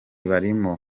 barimo